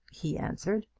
he answered.